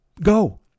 Go